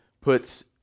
puts